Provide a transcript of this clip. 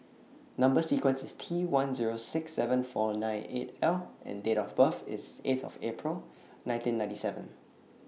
Number sequence IS T one Zero six seven four nine eight L and Date of birth IS eight of April nineteen ninety seven